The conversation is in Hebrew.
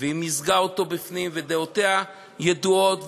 והיא מיזגה אותו בפנים, ודעותיה ידועות.